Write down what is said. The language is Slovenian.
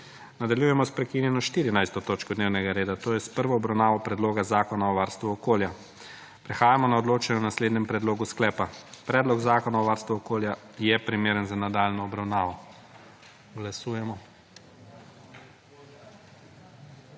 Nadaljujemo sprekinjeno 14. točko dnevnega reda, to je s prvo obravnavo Predloga zakona o varstvu okolja. Prehajamo na odločanje o naslednjem predlogu sklepa: Predlog Zakona o varstvu okolja je primeren za nadaljnjo obravnavo. Glasujemo.